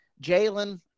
Jalen